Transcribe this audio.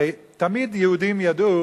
הרי תמיד יהודים ידעו